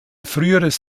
früheres